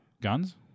Guns